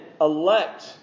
elect